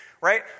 right